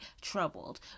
troubled